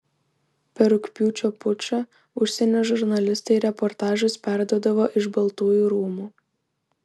per rugpjūčio pučą užsienio žurnalistai reportažus perduodavo iš baltųjų rūmų